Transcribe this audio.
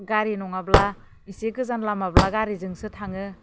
गारि नङाब्ला एसे गोजान लामाब्ला गारिजोंसो थाङो